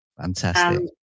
fantastic